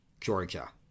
Georgia